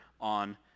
on